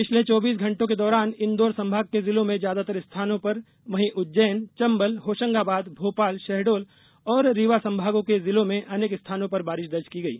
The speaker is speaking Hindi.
पिछले चौबीस घण्टों के दौरान इंदौर संभाग के जिलों में ज्यादातर स्थानों पर वहीं उज्जैन चंबल होशंगाबाद भोपाल शहडोल और रीवा संभागों के जिलों में अनेक स्थानों पर बारिश दर्ज की गई